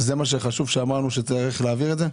זה מה שאמרנו שחשוב להעביר את זה?